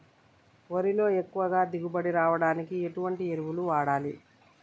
వరిలో ఎక్కువ దిగుబడి రావడానికి ఎటువంటి ఎరువులు వాడాలి?